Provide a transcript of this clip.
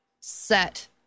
set